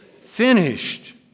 finished